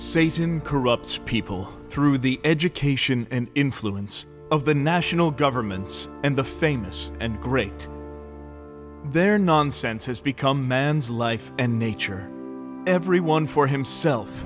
satan corrupts people through the education and influence of the national governments and the famous and great their nonsense has become man's life and nature every one for himself